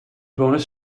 bonus